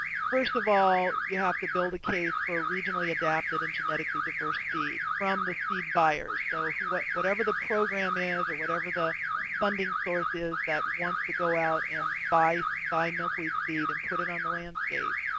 first of all, you have to build a case for regionally adapted and genetically diverse seed from the seed buyer. so whatever the program is or whatever the funding source is that wants to go out and buy buy milkweed seed and put it on the landscape,